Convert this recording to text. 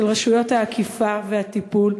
של רשויות האכיפה והטיפול,